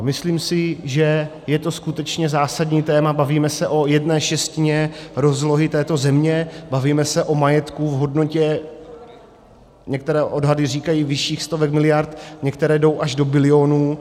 Myslím si, že je to skutečně zásadní téma, bavíme se o jedné šestině rozlohy této země, bavíme se o majetku v hodnotě některé odhady říkají vyšších stovek miliard, některé jdou až do bilionů.